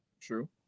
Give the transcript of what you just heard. True